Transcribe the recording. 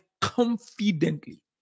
confidently